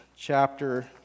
chapter